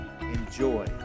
Enjoy